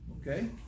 okay